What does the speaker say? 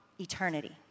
eternity